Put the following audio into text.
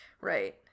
Right